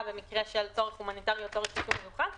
במקרה של צורך הומניטרי או צורך אישור מיוחד,